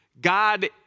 God